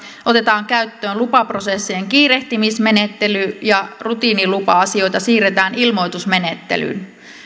otetaan käyttöön lupaprosessien kiirehtimismenettely ja rutiinilupa asioita siirretään ilmoitusmenettelyyn